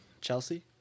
Chelsea